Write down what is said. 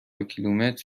کیلومتر